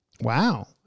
Wow